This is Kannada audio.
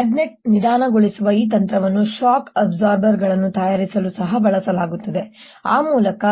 ಮ್ಯಾಗ್ನೆಟ್ ನಿಧಾನಗೊಳಿಸುವ ಈ ತಂತ್ರವನ್ನು ಶಾಕ್ ಅಬ್ಸಾರ್ಬರ್ಗಳನ್ನು ತಯಾರಿಸಲು ಸಹ ಬಳಸಲಾಗುತ್ತದೆ ಆ ಮೂಲಕ